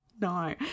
No